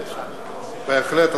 בהחלט,